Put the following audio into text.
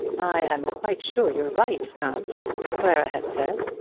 i am quite sure you're right, aunt, clara had said.